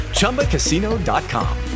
Chumbacasino.com